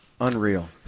Unreal